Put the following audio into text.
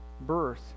birth